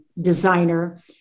designer